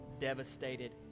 devastated